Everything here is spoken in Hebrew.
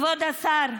כבוד השר,